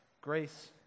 grace